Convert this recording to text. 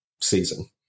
season